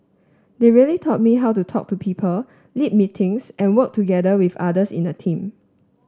they really taught me how to talk to people lead meetings and work together with others in a team